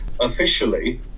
Officially